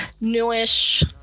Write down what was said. newish